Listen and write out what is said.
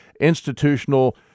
institutional